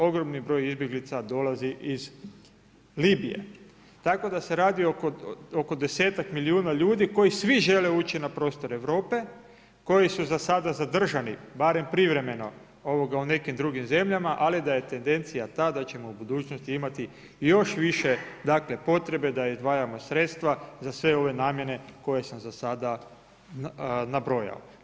Ogromni broj izbjeglica dolazi iz Libije, tako da se radi oko desetak milijuna ljudi koji svi žele ući na prostor Europe, koji su za sada zadržani barem privremeno u nekim drugim zemljama, ali da je tendencija ta da ćemo u budućnosti imati i još više, dakle potrebe da izdvajamo sredstva za sve ove namjene koje sam za sada nabrojao.